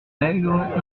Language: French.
maigres